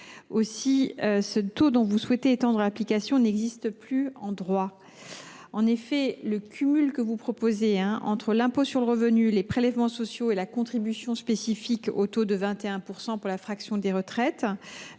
mois. Ce taux dont vous souhaitez étendre l’application n’existe donc plus en droit. Le cumul que vous proposez entre l’impôt sur le revenu, les prélèvements sociaux et la contribution spécifique au taux de 21 % pour la fraction des retraites